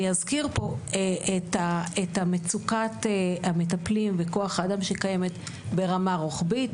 אני אזכיר פה את מצוקת המטפלים וכוח האדם שקיימת ברמה רוחבית,